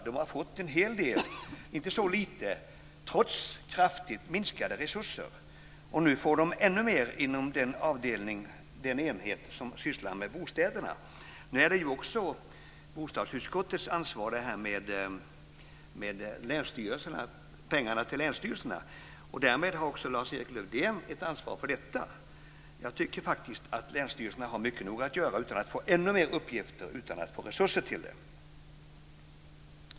De har fått en hel del uppgifter trots kraftigt minskade resurser, och nu får de ännu mer att göra inom den enhet som sysslar med bostäderna. Pengarna till länsstyrelserna är också bostadsutskottets ansvar, och därmed har också Lars-Erik Lövdén ett ansvar för detta. Jag tycker att länsstyrelserna har nog mycket att göra utan att de ska få fler uppgifter men inte mer resurser.